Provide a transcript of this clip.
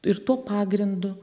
ir tuo pagrindu